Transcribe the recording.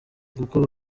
kuko